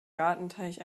gartenteich